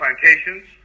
plantations